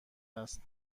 است